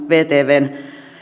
vtvn